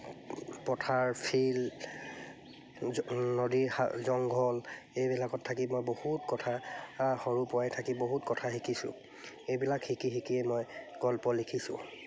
পথাৰ ফিল্ড নদী হা জংঘল এইবিলাকত থাকি মই বহুত কথা সৰুৰ পৰাই থাকি বহুত কথা শিকিছোঁ এইবিলাক শিকি শিকিয়ে মই গল্প লিখিছোঁ